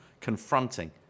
confronting